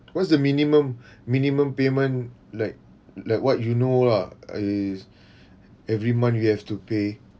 what's the minimum minimum payment like like what you know lah is every month we have to pay